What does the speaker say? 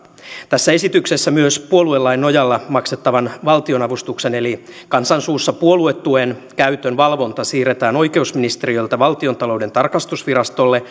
tässä esityksessä myös puoluelain nojalla maksettavan valtionavustuksen eli kansan suussa puoluetuen käytön valvonta siirretään oikeusministeriöltä valtiontalouden tarkastusvirastolle